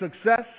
success